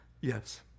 yes